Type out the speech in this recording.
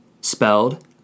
spelled